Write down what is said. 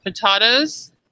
potatoes